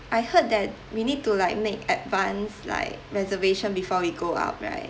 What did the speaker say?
I heard that we need to like make advance like reservation before we go up right